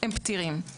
הם פתירים.